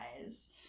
guys